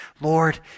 Lord